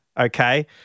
Okay